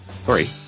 Sorry